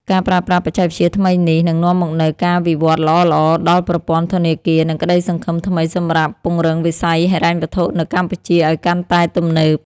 ការប្រើប្រាស់បច្ចេកវិទ្យាថ្មីនេះនឹងនាំមកនូវការវិវត្តល្អៗដល់ប្រព័ន្ធធនាគារ និងក្តីសង្ឃឹមថ្មីសម្រាប់ពង្រឹងវិស័យហិរញ្ញវត្ថុនៅកម្ពុជាឱ្យកាន់តែទំនើប។